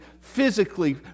physically